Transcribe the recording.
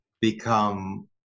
become